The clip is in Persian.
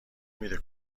میده